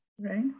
right